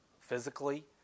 physically